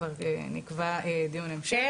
נקבע דיון המשך,